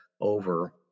over